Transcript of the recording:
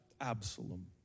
Absalom